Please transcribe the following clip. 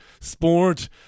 Sport